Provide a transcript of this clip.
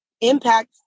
impact